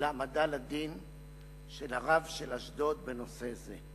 להעמדה לדין של הרב של אשדוד בנושא זה.